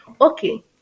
okay